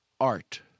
Art